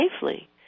safely